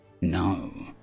No